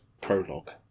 prologue